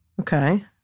Okay